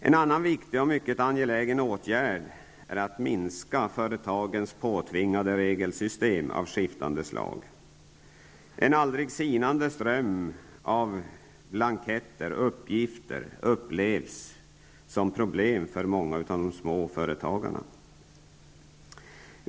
En annan viktig och mycket angelägen åtgärd är att minska de påtvingande regelsystem av skiftande slag som gäller för företag. En aldrig sinande ström av blanketter och uppgiftsskyldigheter upplevs av småföretagarna som ett problem.